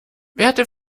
werte